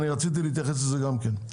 אני רציתי להתייחס לזה גם כן,